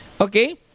Okay